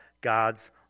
God's